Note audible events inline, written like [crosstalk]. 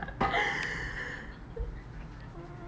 [noise]